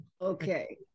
Okay